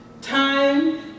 Time